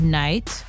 night